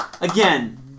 Again